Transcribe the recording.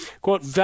quote